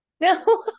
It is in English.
No